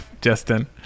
justin